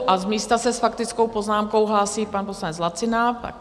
A z místa se s faktickou poznámkou hlásí pan poslanec Lacina.